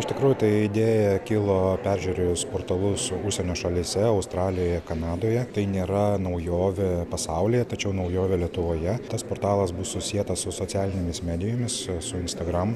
iš tikrųjų ta idėja kilo peržiūrėjus portalus užsienio šalyse australijoje kanadoje tai nėra naujovė pasaulyje tačiau naujovė lietuvoje tas portalas bus susietas su socialinėmis medijomis su instagram